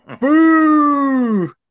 Boo